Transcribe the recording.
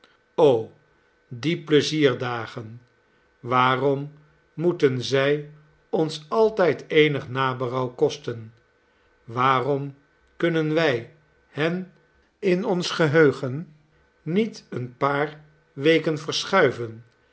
die pleizierdagen waarom moeten zij ons altijd eenig naberouw kosten waarom kunnen wij hen in ons geheugen niet een paar weken verschuiven